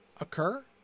occur